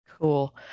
Cool